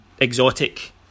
exotic